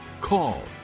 call